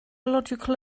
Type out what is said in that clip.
illogical